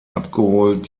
abgeholt